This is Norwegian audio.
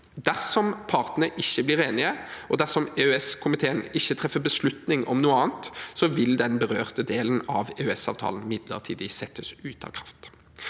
Dersom partene ikke blir enige, og dersom EØS-komiteen ikke treffer beslutning om noe annet, vil den berørte delen av EØS-avtalen midlertidig settes ut av kraft.